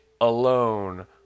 alone